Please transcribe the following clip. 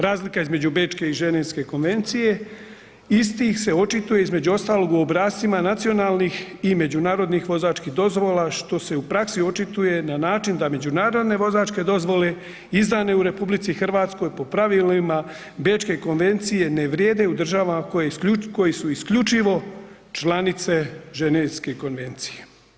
Razlika između Bečke i Ženevske konvencije istih se očituje između ostalog u obrascima nacionalnih i međunarodnih vozačkih dozvola što se u praksi očituje na način da međunarodne vozačke dozvole izdane u RH po pravilima Bečke konvencije ne vrijede u državama koje su isključivo članice Ženevske konvencije.